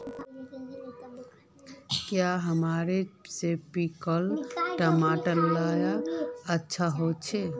क्याँ हमार सिपकलर टमाटर ला अच्छा होछै?